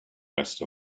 rest